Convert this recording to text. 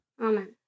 Amen